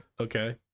Okay